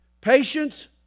Patience